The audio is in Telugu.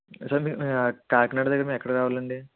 అసల మీ కాకినాడ దగ్గర మేం ఎక్కడికి రావాలండి